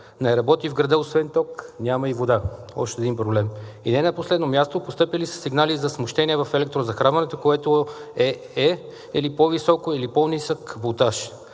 не работи – освен ток няма и вода – още един проблем. И не на последно място, постъпили са сигнали за смущения в електрозахранването, което е или по-висок, или по-нисък волтаж.